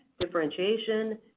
Differentiation